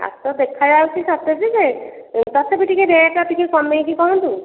ଆସ ଦେଖାଯାଉଛି ସତେଜ ଯେ ତଥାପି ଟିକେ ରେଟ ଟିକେ କମେଇକି କହନ୍ତୁ